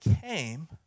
came